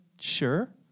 Sure